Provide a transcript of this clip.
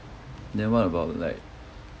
then what about like